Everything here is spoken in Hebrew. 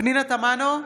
פנינה תמנו,